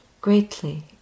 GREATLY